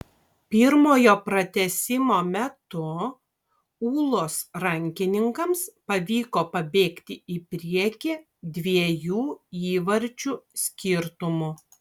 pirmojo pratęsimo metu ūlos rankininkams pavyko pabėgti į priekį dviejų įvarčių skirtumu